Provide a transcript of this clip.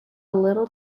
little